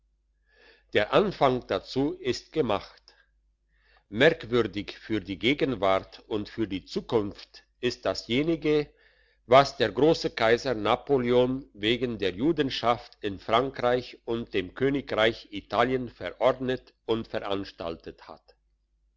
der anfang dazu ist gemacht merkwürdig für die gegenwart und für die zukunft ist dasjenige was der grosse kaiser napoleon wegen der judenschaft in frankreich und dem königreich italien verordnet und veranstaltet hat